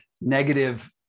negative